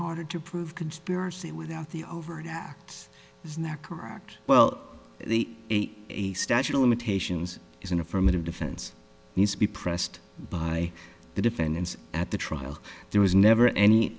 hard to prove conspiracy without the over an hour it's in there correct well the a statute of limitations is an affirmative defense needs to be pressed by the defendants at the trial there was never any